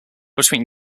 between